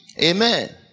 Amen